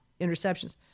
interceptions